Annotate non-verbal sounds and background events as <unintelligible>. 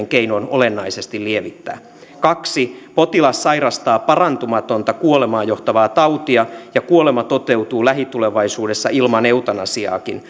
<unintelligible> keinoin olennaisesti lievittää potilas sairastaa parantumatonta kuolemaan johtavaa tautia ja kuolema toteutuu lähitulevaisuudessa ilman eutanasiaakin <unintelligible>